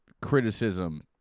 criticism